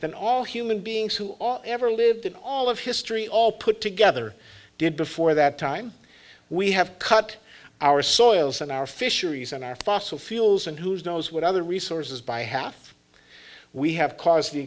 than all human beings who all ever lived in all of history all put together did before that time we have cut our soils and our fisheries and our fossil fuels and whose knows what other resources by half we have caused the